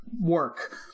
work